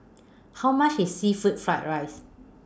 How much IS Seafood Fried Rice